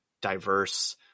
diverse